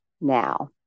now